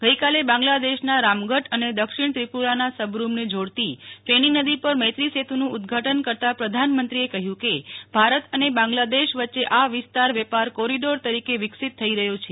ગઈકાલે બાંગ્લાદેશના રામગઢ અને દક્ષિણ ત્રીપુરાના સબરૂમને જોડતી ફેની નદી પર મૈત્રી સેતુનું ઉદઘાટન કરતાં પ્રધાનમંત્રીએ કહ્યું કે ભારત અને બાંગ્લાદેશ વચ્ચે આ વિસ્તાર વેપાર કોરિડોર તરીકે વીકસિત થઈ રહ્યો છે